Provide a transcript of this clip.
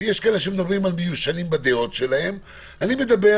יש כאלה שאומרים שהם מיושנים בדעות שלהם ואני מדבר